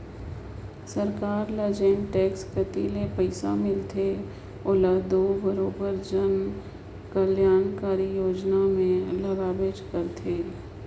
सरकार ल जेन टेक्स कती ले पइसा मिलथे ओला दो बरोबेर जन कलयानकारी योजना में लगाबेच करथे